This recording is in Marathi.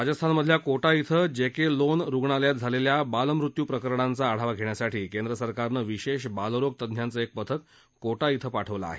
राजस्थानमधल्या कोटा इथं जेके लोन रुग्णालयात झालेल्या बालमृत्यू प्रकरणाचा आढावा घेण्यासाठी केंद्र सरकारनं विशेष बालरोगतज्ञांचं एक पथकं कोटा इथं पाठवलं आहे